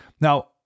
Now